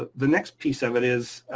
the next piece of it is.